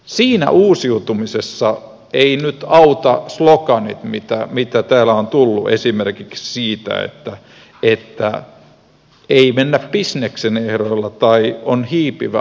siinä uusiutumisessa eivät nyt auta sloganit mitä täällä on tullut esimerkiksi siitä että ei mennä bisneksen ehdoilla tai on hiipivä amerikkalaistuminen